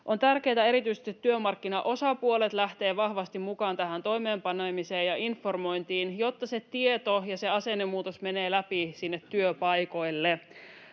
On tärkeää, että erityisesti työmarkkinaosapuolet lähtevät vahvasti mukaan tähän toimeenpanemiseen ja informointiin, jotta se tieto ja se asennemuutos menee läpi sinne työpaikoille.